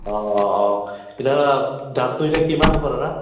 অঁ অঁ এতিয়া দামটো এতিয়া কিমান হ'ব দাদা